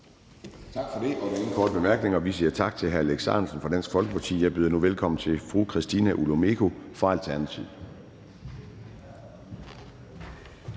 Tak for det.